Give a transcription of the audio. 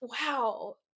wow